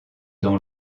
dans